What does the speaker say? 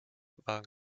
waren